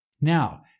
Now